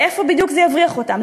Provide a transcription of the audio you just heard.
לאיפה בדיוק זה יבריח אותם?